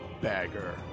Bagger